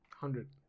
hundred